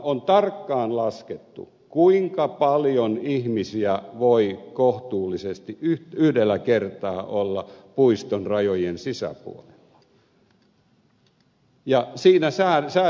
on tarkkaan laskettu kuinka paljon ihmisiä voi kohtuullisesti yhdellä kertaa olla puiston rajojen sisäpuolella